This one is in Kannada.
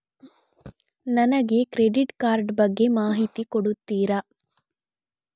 ನನಗೆ ಕ್ರೆಡಿಟ್ ಕಾರ್ಡ್ ಬಗ್ಗೆ ಮಾಹಿತಿ ಕೊಡುತ್ತೀರಾ?